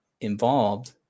involved